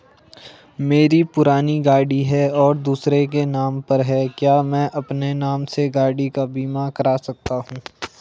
मेरी पुरानी गाड़ी है और दूसरे के नाम पर है क्या मैं अपने नाम से गाड़ी का बीमा कर सकता हूँ?